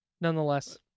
Nonetheless